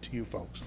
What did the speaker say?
to you folks